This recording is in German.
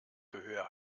gehör